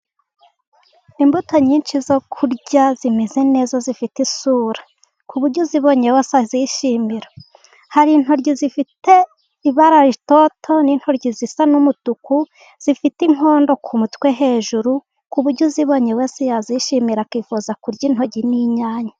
Imbuto nyinshi zo kurya zimeze neza zifite isura ku buryo uzibonye wese azishimira. Hari intoryi zifite ibara ritoto n'intoryi zisa n'umutuku zifite inkondo ku mutwe hejuru ku buryo uzibonye wese yazishimira akifuza kurya intoryi n'inyanya.